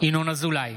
ינון אזולאי,